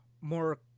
more